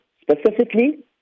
specifically